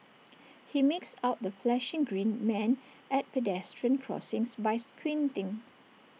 he makes out the flashing green man at pedestrian crossings by squinting